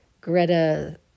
Greta